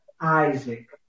Isaac